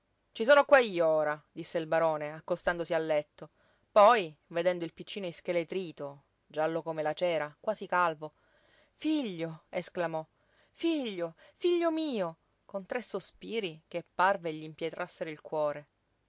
ci sono qua io ora disse il barone accostandosi al letto poi vedendo il piccino ischeletrito giallo come la cera quasi calvo figlio esclamò figlio figlio mio con tre sospiri che parve gl'impietrassero il cuore